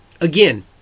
again